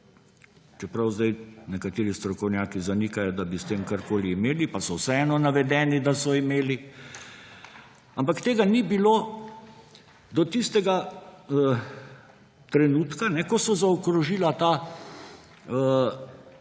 Čeprav zdaj nekateri strokovnjaki zanikajo, da bi s tem karkoli imeli, pa so vseeno navedeni, da so imeli. Ampak tega ni bilo do tistega trenutka, ko so zaokrožila